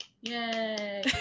yay